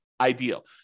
ideal